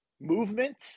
movement